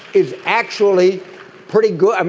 is actually pretty good. and